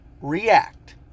react